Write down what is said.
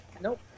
nope